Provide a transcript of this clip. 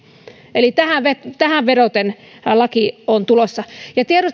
eli tähän vedoten laki on tulossa tiedustelin sosiaali ja terveysvaliokunnassa